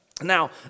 Now